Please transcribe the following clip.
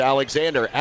Alexander